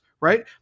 Right